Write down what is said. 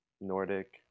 Nordic